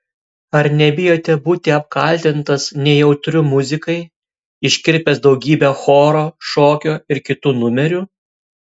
ar nebijote būti apkaltintas nejautriu muzikai iškirpęs daugybę choro šokio ir kitų numerių